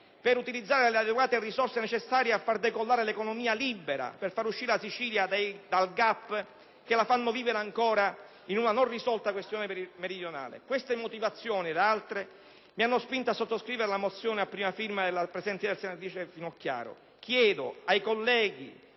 per utilizzare le adeguate risorse necessarie a far decollare l'economia libera, per far uscire la Sicilia dai *gap* che la fanno vivere ancora in una non risolta questione meridionale. Queste ed altre motivazioni mi hanno spinto a sottoscrivere la mozione di cui è prima firmataria la senatrice Finocchiaro. Chiedo anche ai colleghi